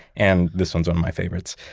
and this one's on my favorites,